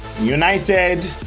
United